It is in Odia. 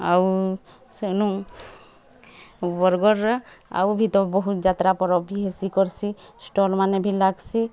ଆଉ ସେନୁ ବର୍ଗଡ଼୍ର ଆଉ ଭି ତ ବହୁତ୍ ଯାତ୍ରା ଭି ହେସି କର୍ସି ଷ୍ଟଲ୍ମାନେ ଭି ଲାଗ୍ସି